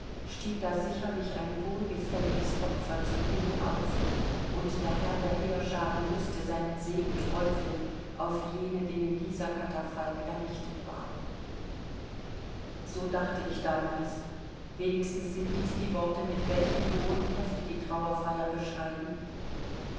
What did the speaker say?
stieg da sicherlich ein wohlgefälliges opfer zum himmel auf und der herr der heerschaaren mußte seinen segen träufeln auf jene denen dieser katafalk errichtet war so dachte ich damals wenigstens sind dies die worte mit welchen die roten hefte der trauerfeier beschreiben